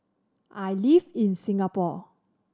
I live in Singapore